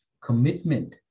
commitment